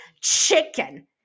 chicken